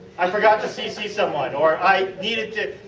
i forgot to cc someone or i needed to.